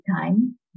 time